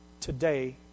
today